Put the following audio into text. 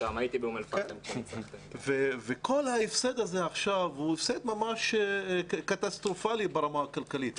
כל ההפסד הזה עכשיו הוא הפסד ממש קטסטרופלי ברמה הכלכלית.